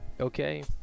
okay